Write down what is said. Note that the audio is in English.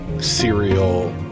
cereal